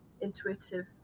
intuitive